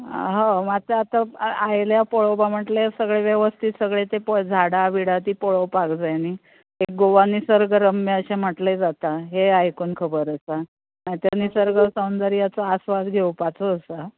आतां आतां आयल्या पळोवपा म्हणल्यार सगळे वेवस्थीत सगळे ते झाडां बिडां तीं पळोवपाक जाय न्हय गोवानी सर्ग रम्य अशें म्हणल्यार जाता हेंवूय आयकून खबर आसा सर्ग सौंदर्याचो आस्वाद घेवपाचो आसा